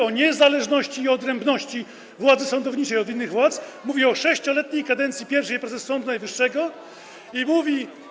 o niezależności i odrębności władzy sądowniczej od innych władz, mówi o 6-letniej kadencji pierwszej prezes Sądu Najwyższego i mówi.